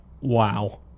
wow